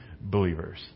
believers